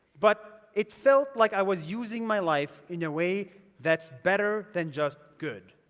but it felt like i was using my life in a way that's better than just good.